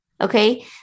Okay